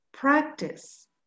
Practice